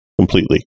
completely